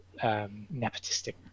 nepotistic